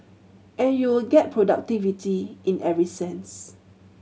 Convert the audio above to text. and you would get productivity in every sense